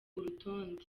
urutonde